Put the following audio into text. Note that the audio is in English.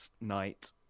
Night